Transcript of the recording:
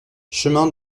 chemin